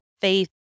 faith